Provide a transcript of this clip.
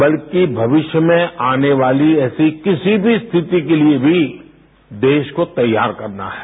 बल्कि भविष्य में आने वाली ऐसी किसी भी स्थिति के लिए भी देश को तैयार करना है